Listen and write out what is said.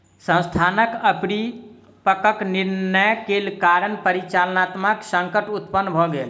संस्थानक अपरिपक्व निर्णय के कारण परिचालनात्मक संकट उत्पन्न भ गेल